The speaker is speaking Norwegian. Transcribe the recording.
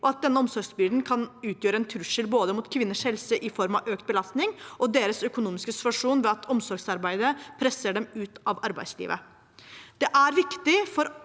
demensvennlig samfunn den kan utgjøre en trussel både mot kvinners helse i form av økt belastning og for deres økonomiske situasjon ved at omsorgsarbeidet presser dem ut av arbeidslivet. Det er viktig for